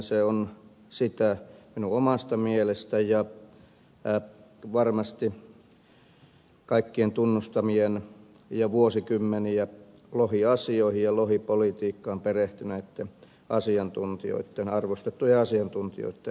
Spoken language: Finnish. se on sitä minun omasta mielestäni ja varmasti kaikkien tunnustamien ja vuosikymmeniä lohiasioihin ja lohipolitiikkaan perehtyneitten arvostettujen asiantuntijoitten mielestä